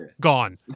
gone